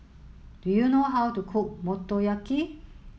do you know how to cook Motoyaki